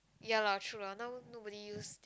ya lah true lah now nobody use